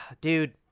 dude